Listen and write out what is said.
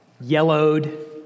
Yellowed